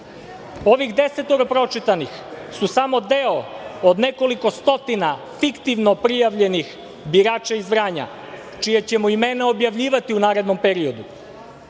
desetoro pročitanih su samo deo od nekoliko stotina fiktivno prijavljenih birača iz Vranja čija ćemo imena objavljivati u narednom periodu.